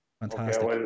Fantastic